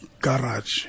garage